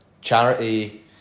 charity